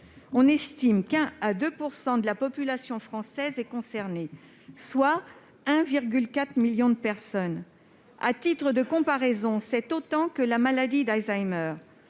On estime que 1 % à 2 % de la population française est concernée, soit 1,4 million de personnes. À titre de comparaison, c'est autant que la maladie d'Alzheimer.